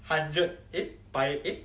hundred eh by eh